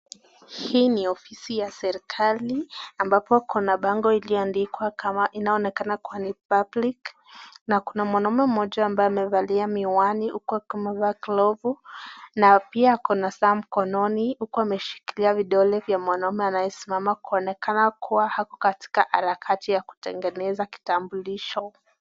Hii ni ofisi ya serikali ambapo kuna bango iliyoandikwa kama inaonekana kuwa ni public na kuna mwanaume mmoja ambaye amevalia miwani huku amevaa glovu na pia ako na saa mkononi huku ameshikilia vidole ya mwanaume anayesimama kuonekana kuwa ako katika harakati ya kutengeneza kitambulisho.